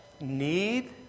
need